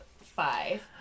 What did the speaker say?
five